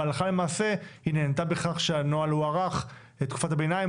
אבל הלכה למעשה היא נענתה בכך שתקופת הביניים